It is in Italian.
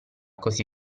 così